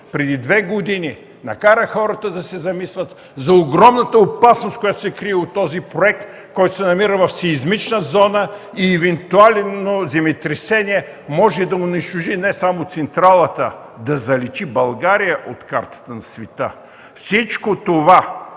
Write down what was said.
преди две години, накара хората да се замислят за огромната опасност, която се крие в този проект, който се намира в сеизмична зона, и евентуално земетресение може да унищожи не само централата – да заличи България от картата на света. Всичко това